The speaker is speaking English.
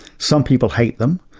some people hate them,